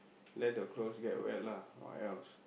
let the clothes get wet lah or else